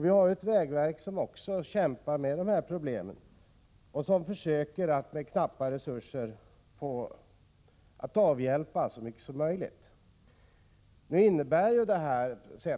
Vägverket kämpar också med dessa problem och försöker med knappa resurser att avhjälpa dem så mycket som möjligt. Om man säger